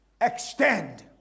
Extend